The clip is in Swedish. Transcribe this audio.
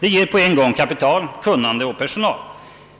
Det ger på en gång kapital, kunnande och personal.